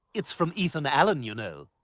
it's from ethan allen, you know